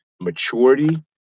maturity